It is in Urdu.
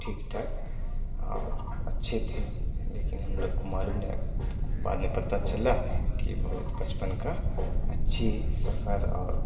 ٹھیک ٹھاک اور اچھے تھے لیکن ہم لوگ کو معلوم نہ بعد میں پتا چلا کہ بہت بچپن کا اچھی سفر اور